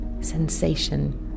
sensation